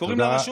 תודה רבה.